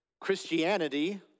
Christianity